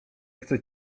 chcę